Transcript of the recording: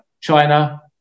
China